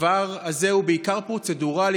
הדבר הזה הוא בעיקר פרוצדורלי,